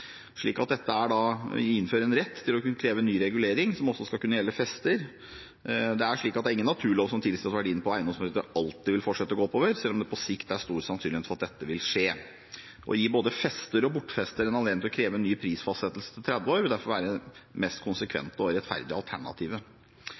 dette er da å innføre en rett til å kunne kreve ny regulering, som også skal kunne gjelde for fester. Det er ingen naturlov som tilsier at verdien på eiendomsmarkedet alltid vil fortsette å gå oppover, selv om det på sikt er stor sannsynlighet for at dette vil skje. Å gi både fester og bortfester en anledning til å kreve ny prisfastsettelse etter 30 år vil derfor være det mest konsekvente og rettferdige